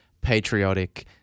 patriotic